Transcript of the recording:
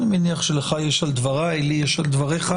אני מניח שלך יש על דבריי, לי יש על דבריך.